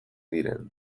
diren